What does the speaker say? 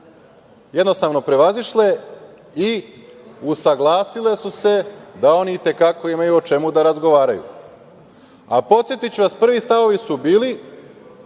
jednostavno prevazišle i usaglasile su se da oni i te kako imaju o čemu da razgovaraju. Podsetiću vas, prvi stavovi su bili